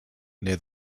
near